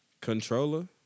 Controller